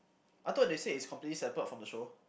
I thought they said it's completely separate from the show